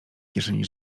kieszeni